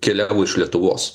keliavo iš lietuvos